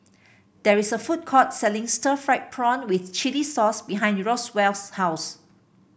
there is a food court selling Stir Fried Prawn with Chili Sauce behind Roswell's house